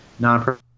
nonprofit